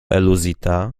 eluzita